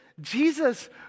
Jesus